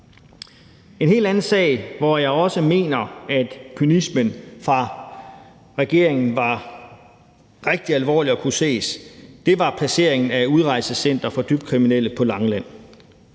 En helt anden sag, hvor jeg også mener at kynismen hos regeringen var rigtig alvorlig og kunne ses, var placeringen af et udrejsecenter for dybt kriminelle på Langeland.